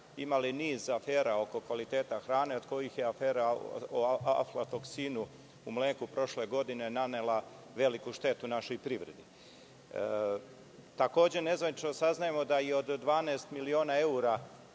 imali niz afera oko kvaliteta hrane, od kojih je afera o aflatoksinu u mleku prošle godine nanela veliku štetu našoj privredi. Takođe, nezvanično saznajemo da od 12 miliona evra